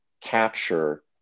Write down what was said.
capture